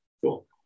Cool